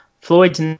Floyd's